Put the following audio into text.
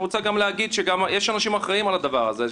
אני רוצה גם להגיד שגם יש אנשים אחרים על הדבר הזה.